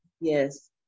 Yes